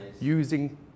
using